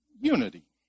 unity